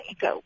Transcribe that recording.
go